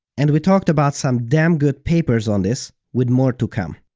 and we talked about some damn good papers on this, with more to come.